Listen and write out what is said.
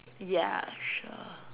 ya sure